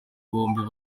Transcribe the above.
bombi